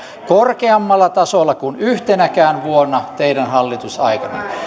korkeammalla tasolla kuin yhtenäkään vuonna teidän hallitusaikananne